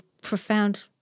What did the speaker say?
profound